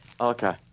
okay